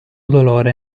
dolore